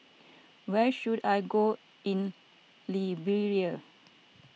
where should I go in Liberia